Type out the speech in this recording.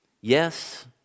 Yes